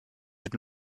did